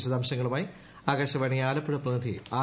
വിശദാംശങ്ങളുമായി ആകാശവാണി ആലപ്പുഴ പ്രതിനിധി ആർ